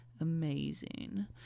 Amazing